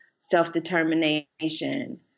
self-determination